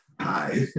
Hi